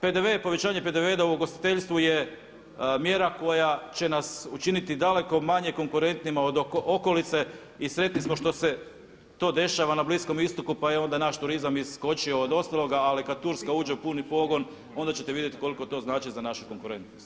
PDV je, povećanje PDV-a u ugostiteljstvu je mjera koja će nas učiniti dakle manje konkurentima od okolice i sretni smo što se to dešava na bliskom istoku pa je onda naš turizam iskočio od ostaloga ali kad Turska uđe u puni pogon onda ćete vidjeti koliko to znači za našu konkurentnosti.